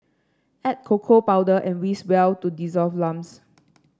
add cocoa powder and whisk well to dissolve lumps